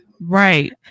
Right